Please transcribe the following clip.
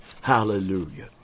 Hallelujah